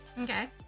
Okay